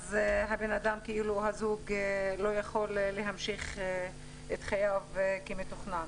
אז הזוג לא יכול להמשיך את חייו כמתוכנן.